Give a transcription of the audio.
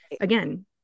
again